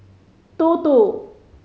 two two